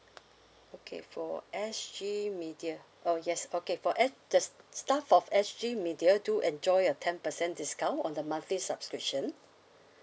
okay for S_G media oh yes okay for S~ the staff of S_G media do enjoy a ten percent discount on the monthly subscription